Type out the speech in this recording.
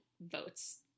votes